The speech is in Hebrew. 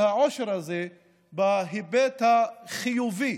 במבט החיובי,